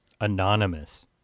Anonymous